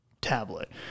tablet